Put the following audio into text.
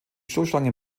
stoßstangen